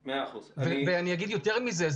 אני אומר יותר מזה.